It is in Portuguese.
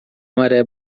maré